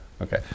Okay